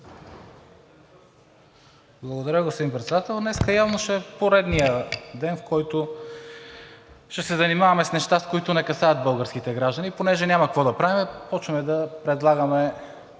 Благодаря, господин Председател. Днес явно ще е поредният ден, в който ще се занимаваме с неща, които не касаят българските граждани. И понеже няма какво да правим, започваме да предлагаме